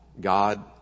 God